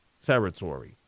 territory